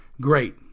great